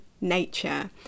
nature